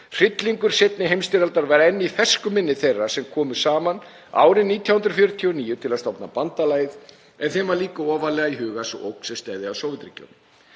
Hryllingur seinni heimsstyrjaldar var enn í fersku minni þeirra sem komu saman árið 1949 til að stofna bandalagið. En þeim var líka ofarlega í huga sú ógn sem stafaði af Sovétríkjunum.